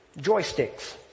joysticks